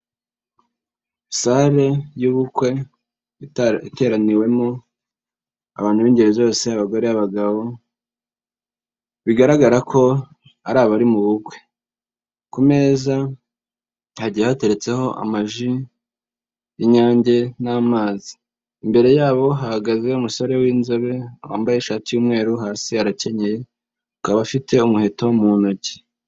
Sale y'ubukwe iteraniwemo abantu b'ingeri zose abagore, abagabo bigaragara ko ari abari mu bukwe, ku meza hagiye hateretseho amaji y'inyange n'amazi, imbere yabo hahagaze umusore w'inzobe wambaye ishati y'umweru hasi arakenye akaba afite umuheto mu ntoki.